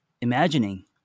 imagining